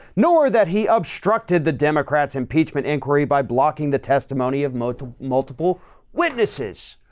nor that he obstructed the democrats impeachment inquiry by blocking the testimony of moto multiple witnesses